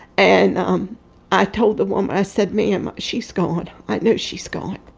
and um i told the woman i said, ma'am, she's gone. i know she's gone